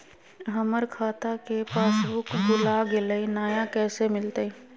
हमर खाता के पासबुक भुला गेलई, नया कैसे मिलतई?